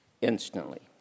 Instantly